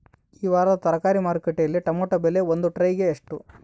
ಈ ವಾರದ ತರಕಾರಿ ಮಾರುಕಟ್ಟೆಯಲ್ಲಿ ಟೊಮೆಟೊ ಬೆಲೆ ಒಂದು ಟ್ರೈ ಗೆ ಎಷ್ಟು?